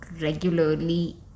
regularly